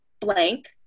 blank